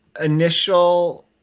initial